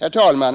Herr talman!